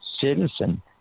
citizen